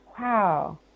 wow